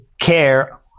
care